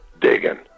digging